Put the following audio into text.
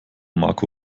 marco